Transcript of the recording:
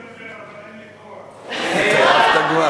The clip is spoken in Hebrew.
רוצה לדבר, אבל אין לי כוח.